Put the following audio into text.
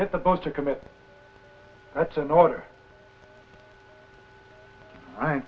as opposed to commit that's an order